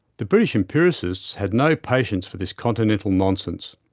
the british empiricists had no patience for this continental nonsense.